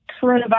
coronavirus